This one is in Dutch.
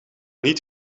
niet